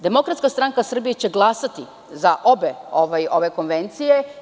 Demokratska stranka Srbije će glasati za obe konvencije.